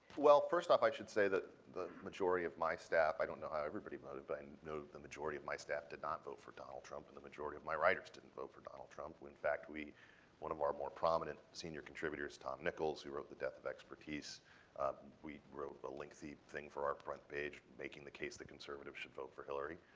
well, first off i should say that the majority of my staff, i don't know how everybody voted, but i and know the majority of my staff did not vote for donald trump. and the majority of my writers didn't vote for donald trump. when, in fact, we one of our more prominent senior contributors, tom nichols, who wrote the death of expertise we wrote a lengthy thing for our front page making the case that conservatives should vote for hillary.